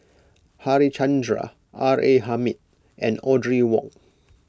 Harichandra R A Hamid and Audrey Wong